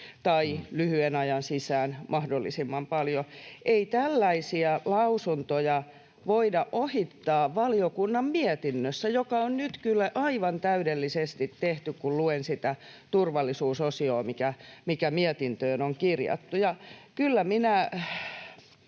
tai lyhyen ajan sisään mahdollisimman paljon. Ei tällaisia lausuntoja voida ohittaa valiokunnan mietinnössä, joka on nyt kyllä aivan täydellisesti tehty, kun luen sitä turvallisuusosiota, mikä mietintöön on kirjattu.